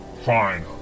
Fine